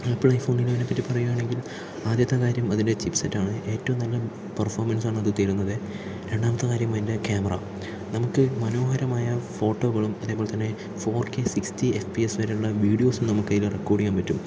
apple iPhone ഇലവനെപ്പറ്റി പറയുകയാണെങ്കിൽ ആദ്യത്തെ കാര്യം അതിൻ്റെ ചിപ് സെറ്റാണ് ഏറ്റവും നല്ല പെർഫോമൻസ് ആണ് അത് തരുന്നത് രണ്ടാമത്തെ കാര്യം അതിൻ്റെ ക്യാമറ നമുക്ക് മനോഹരമായ ഫോട്ടോകളും അതേപോലെ തന്നെ four K sixty F P S വരെയുള്ള വീഡിയോസും നമുക്കതിൽ റെക്കോർഡ് ചെയ്യാൻ പറ്റും